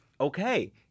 Okay